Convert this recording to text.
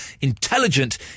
intelligent